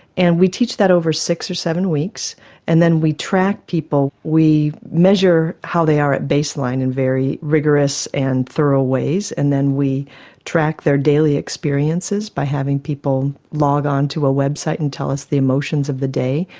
and we teach that over six or seven weeks and then we track people, we measure how they are at baseline in very rigorous and thorough ways, and then we track their daily experiences by having people log on to a website and tell us the emotions of the day,